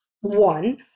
one